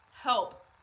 help